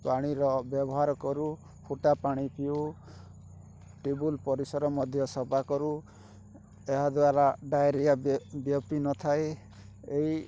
ପାଣିର ବ୍ୟବହାର କରୁ ଫୁଟା ପାଣି ପିଉ ଟିବୁଲ୍ ପରିସର ମଧ୍ୟ ସଫା କରୁ ଏହା ଦ୍ଵାରା ଡ଼ାଇରିଆ ବ୍ୟା ବ୍ୟାପି ନଥାଏ ଏଇ